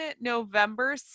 November